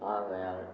ஆகையால்